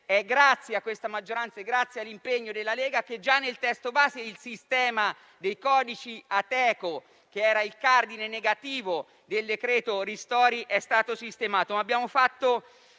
grazie a questa maggioranza e all'impegno della Lega che già nel testo base quel sistema dei codici Ateco, che era il cardine negativo del decreto ristori, è stato sistemato.